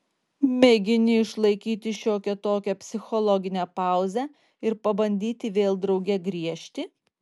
mėgini išlaikyti šiokią tokią psichologinę pauzę ir pabandyti vėl drauge griežti